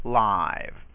live